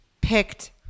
picked